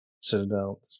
citadel